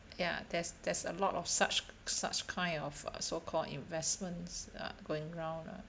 ya there's there's a lot of such such kind of so called investments uh going round lah